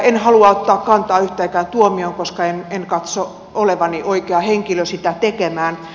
en halua ottaa kantaa yhteenkään tuomioon koska en katso olevani oikea henkilö sitä tekemään